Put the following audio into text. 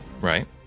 Right